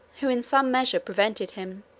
who in some measure prevented him.